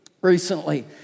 recently